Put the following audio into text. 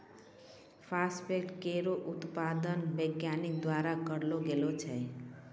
phosphate केरो उत्पादन वैज्ञानिक द्वारा करलो गेलो छै